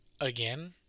again